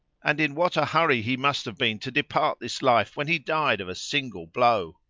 and in what a hurry he must have been to depart this life when he died of a single blow!